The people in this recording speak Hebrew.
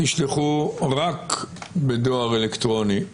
תשלחו רק בדואר אלקטרוני,